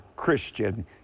Christian